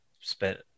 spent